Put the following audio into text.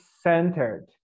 centered